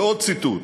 ועוד ציטוט,